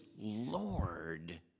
Lord